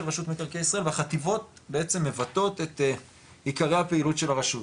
רשות מקרקעי ישראל והחטיבות בעצם מבטאות את עיקרי הפעילות של הרשות.